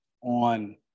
on